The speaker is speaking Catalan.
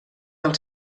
del